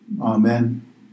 Amen